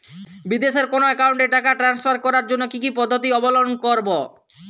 বিদেশের কোনো অ্যাকাউন্টে টাকা ট্রান্সফার করার জন্য কী কী পদ্ধতি অবলম্বন করব?